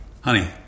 Honey